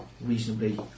reasonably